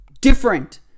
different